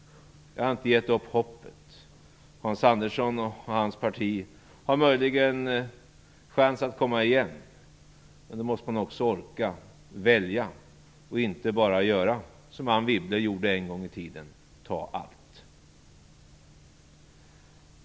Jag har inte gett upp hoppet. Hans Andersson och hans parti har möjligen chans att komma igen. Men då måste man också orka att välja och inte bara göra som Anne Wibble gjorde en gång i tiden: ta allt.